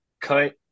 cut